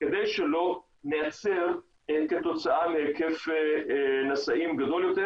כדי שלא ניעצר כתוצאה מהיקף נשאים גדול יותר.